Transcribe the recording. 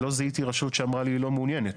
אני לא זיהיתי רשות שאמרה לי, לא מעוניינת.